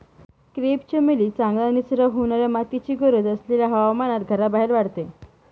crepe चमेली चांगल्या निचरा होणाऱ्या मातीची गरज असलेल्या हवामानात घराबाहेर वाढते